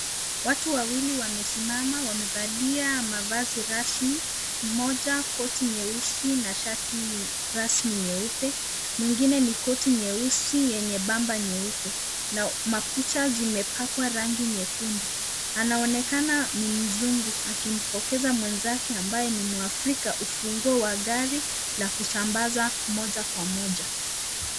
Watu wawili wamesimama wamevalia mavazi rasmi, mmoja koti nyesusi na shati rasmi nyeupe. Mwengine ni koti nyeusi yenye bamba nyeupe na makucha zimepakwa rangi nyekundu. Anaonekana ni mzungu akimpokeza mwenzake ambaye ni mwafrika ufunguo wa gari la kusambaza moja kwa moja.